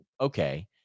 okay